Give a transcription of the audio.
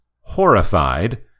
Horrified